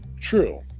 True